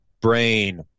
brain